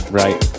right